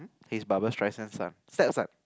he's Barbra-Streisand son step son